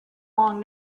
long